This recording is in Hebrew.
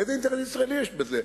איזה אינטרס ישראלי יש בזה?